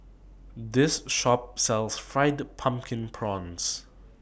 This Shop sells Fried Pumpkin Prawns